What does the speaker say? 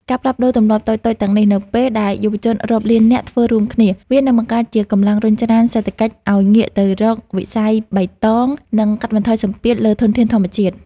ការផ្លាស់ប្តូរទម្លាប់តូចៗទាំងនេះ នៅពេលដែលយុវជនរាប់លាននាក់ធ្វើរួមគ្នា វានឹងបង្កើតជាកម្លាំងរុញច្រានសេដ្ឋកិច្ចឱ្យងាកទៅរកវិស័យបៃតង និងកាត់បន្ថយសម្ពាធលើធនធានធម្មជាតិ។